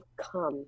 come